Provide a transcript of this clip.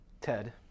TED